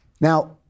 Now